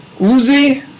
Uzi